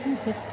फैसा